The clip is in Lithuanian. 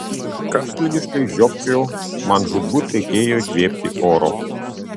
karštligiškai žiopčiojau man žūtbūt reikėjo įkvėpti oro